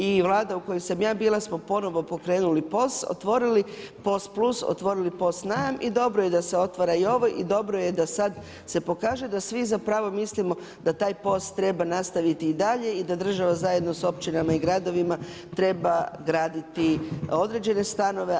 I vlada u kojoj sam ja bila smo ponovno pokrenuli POS, otvorili POS Plus, POS Najam i dobro je da se otvara i ovo i dobro je da sad se pokaže da svi mislimo da taj POS treba nastaviti i dalje i da država zajedno sa općinama i gradovima treba graditi određene stanove.